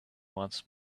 once